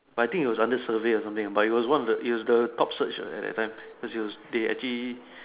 but I think it was under survey or something but it was one of the it was the top searched uh at the time cause it was they actually